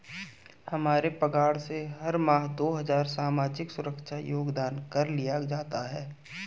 हमारे पगार से हर माह दो हजार सामाजिक सुरक्षा योगदान कर लिया जाता है